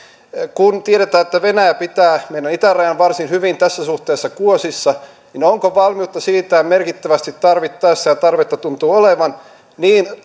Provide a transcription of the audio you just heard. kun tiedetään että venäjä pitää meidän itärajan varsin hyvin tässä suhteessa kuosissa niin onko valmiutta siirtää merkittävästi tarvittaessa ja tarvetta tuntuu olevan